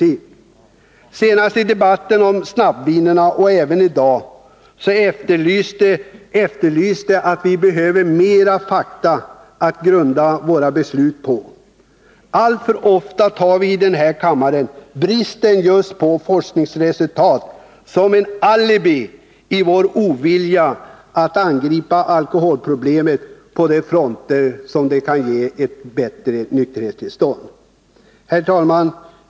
I debatten om snabbvinerna och även i dag efterlystes fakta att grunda våra beslut på. Alltför ofta tar vi här i kammaren till bristen på forskningsresultat som ett alibi i vår ovilja att angripa alkoholproblemet på de fronter där det kan ge resultat: ett bättre nykterhetstillstånd. Herr talman!